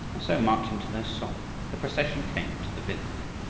and so, marching to their song, the procession came to the village.